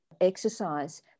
exercise